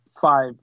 five